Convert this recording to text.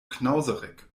knauserig